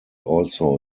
also